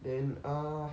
then err